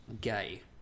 Gay